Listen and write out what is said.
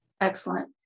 Excellent